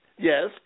Yes